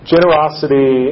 Generosity